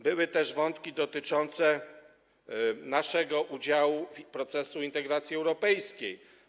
Były też wątki dotyczące naszego udziału w procesie integracji europejskiej.